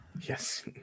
Yes